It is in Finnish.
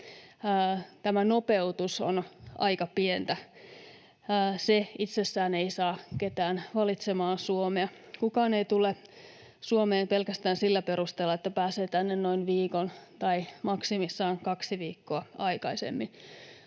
tämä nopeutus on aika pientä. Se itsessään ei saa ketään valitsemaan Suomea. Kukaan ei tule Suomeen pelkästään sillä perusteella, että pääsee tänne noin viikon tai maksimissaan kaksi viikkoa aikaisemmin.